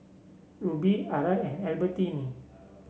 Rubi Arai and Albertini